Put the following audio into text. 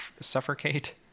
suffocate